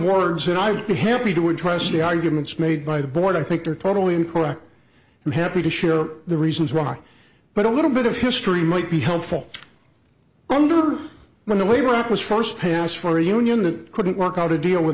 words and i would be happy to address the arguments made by the board i think they are totally incorrect and happy to share the reasons rock but a little bit of history might be helpful under the way rock was first passed for a union that couldn't work out a deal with